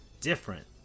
different